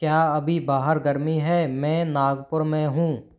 क्या अभी बाहर गर्मी है मैं नागपुर में हूँ